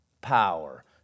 power